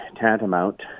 tantamount